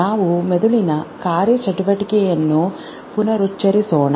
ನಾವು ಮೆದುಳಿನ ಕಾರ್ಯಚಟುವಟಿಕೆಯನ್ನು ಪುನರುಚ್ಚರಿಸೋಣ